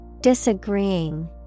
Disagreeing